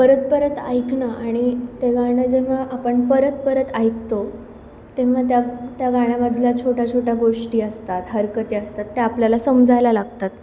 परत परत ऐकणं आणि ते गाणं जेव्हा आपण परत परत ऐकतो तेव्हा त्या त्या गाण्यामधल्या छोट्या छोट्या गोष्टी असतात हरकती असतात त्या आपल्याला समजायला लागतात